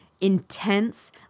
intense